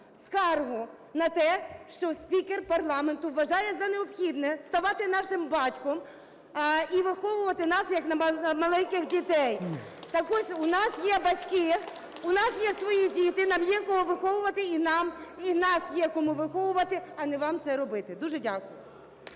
скаргу про те, що спікер парламенту вважає за необхідне ставати нашим батьком і виховувати нас, як маленьких дітей. Так ось, у нас є батьки, у нас є свої діти, нам є кого виховувати і нас є кому виховувати, а не вам це робити. Дуже дякую.